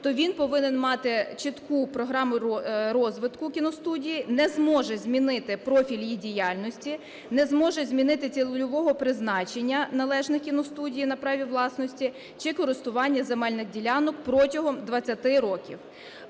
то він повинен мати чітку програму розвитку кіностудії, не зможе змінити профіль її діяльності, не зможе змінити цільового призначення належних кіностудій на праві власності чи користування земельних ділянок протягом 20 років.